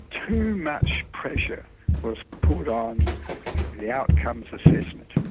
too much pressure was put on the outcomes assessment.